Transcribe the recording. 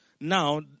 now